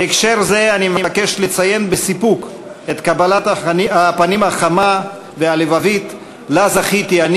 בהקשר זה אני מבקש לציין בסיפוק את קבלת הפנים הלבבית שזכיתי לה